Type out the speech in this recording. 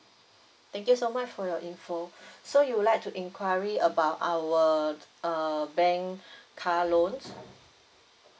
thank you so much for your info so you would like to inquiry about our t~ err bank car loans